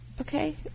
Okay